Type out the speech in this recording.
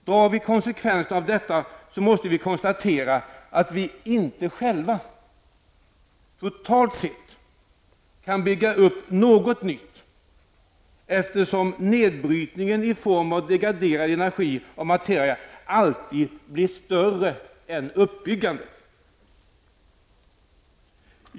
Drar vi konsekvenserna av detta, måste vi konstatera att vi inte själva, totalt sett, kan bygga upp något nytt, eftersom nedbrytningen i form av degraderad energi och materia alltid blir större än uppbyggandet.